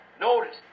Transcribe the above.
Notice